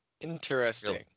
Interesting